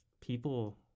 people